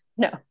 No